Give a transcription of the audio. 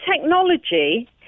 technology